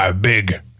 big